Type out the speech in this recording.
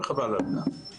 וחבל על כך.